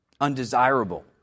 undesirable